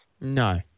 No